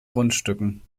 grundstücken